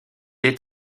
est